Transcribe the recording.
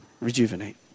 rejuvenate